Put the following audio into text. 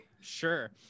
Sure